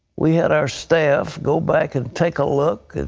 we had our staff go back and take a look,